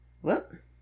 whoop